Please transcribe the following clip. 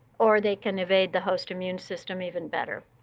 or they can evade the host immune system even better.